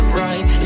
right